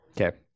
Okay